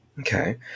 Okay